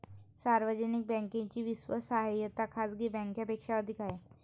सार्वजनिक बँकेची विश्वासार्हता खाजगी बँकांपेक्षा अधिक आहे